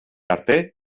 arte